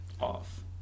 off